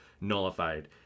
nullified